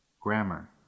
grammar